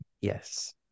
yes